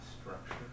structure